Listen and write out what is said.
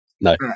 No